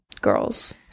girls